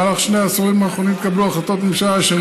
במהלך שני העשורים האחרונים התקבלו החלטות ממשלה אשר